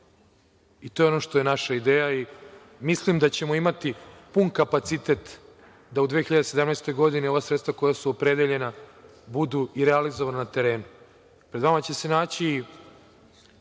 i to je ono što je naša ideja i mislim da ćemo imati pun kapacitet da u 2017. godini ova sredstva koja su opredeljena budu i realizovana na terenu. Pred nama će se naći